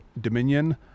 Dominion